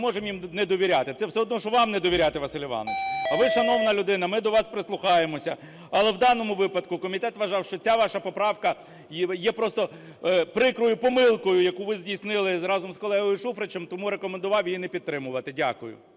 не можемо їм не довіряти, це все одно, що вам не довіряти, Василю Івановичу. Ви шановна людина, ми до вас прислухаємося, але у даному випадку комітет вважав, що ця ваша поправка є просто прикрою помилкою, яку ви здійснили разом з колегою Шуфричем, тому рекомендував її не підтримувати. Дякую.